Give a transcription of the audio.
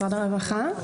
משרד הרווחה,